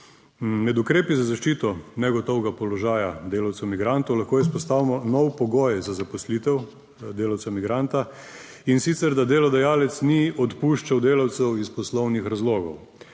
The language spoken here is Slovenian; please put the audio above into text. Med ukrepi za zaščito negotovega položaja delavcev migrantov lahko izpostavimo nov pogoj za zaposlitev delavca migranta, in sicer, da delodajalec ni odpuščal delavcev iz poslovnih razlogov.